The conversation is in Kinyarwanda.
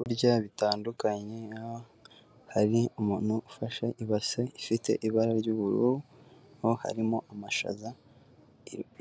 Kurya bitandukanye, hari umuntu ufashe ibase ifite ibara ry'ubururu nto, harimo amashaza